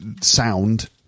sound